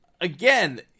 again